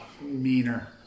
meaner